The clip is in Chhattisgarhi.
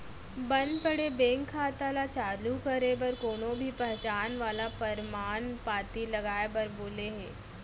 बंद पड़े बेंक खाता ल चालू करे बर कोनो भी पहचान वाला परमान पाती लाए बर बोले हे